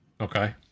Okay